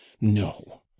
no